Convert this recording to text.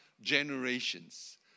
generations